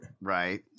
Right